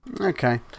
Okay